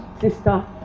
Sister